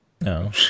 no